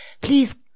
Please